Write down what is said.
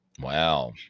Wow